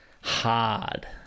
hard